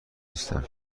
هستم